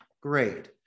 great